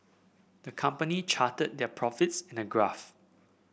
the company charted their profits in a graph